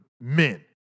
men